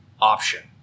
option